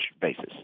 basis